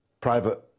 private